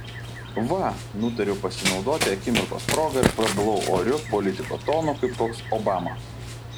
va nutariau pasinaudoti akimirkos proga ir prabilau oriu politiko tonu kaip koks obama